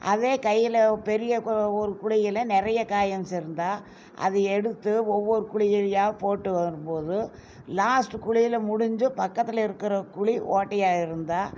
அதே கையில் பெரிய ஒரு குழியில் நிறைய காயின்ஸ் இருந்தால் அது எடுத்து ஒவ்வொரு குழியிலையாக போட்டு வரும்போது லாஸ்ட் குழியில் முடிஞ்சு பக்கத்தில் இருக்கிற குழி ஓட்டையாக இருந்தால்